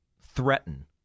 threaten